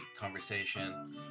conversation